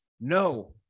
no